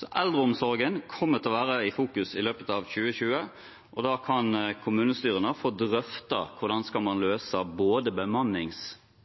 Eldreomsorgen kommer til å være i fokus i løpet av 2020. Da kan kommunestyrene få drøftet hvordan man skal